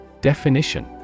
Definition